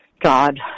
God